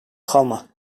kalma